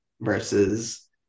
versus